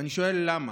ואני שואל: למה?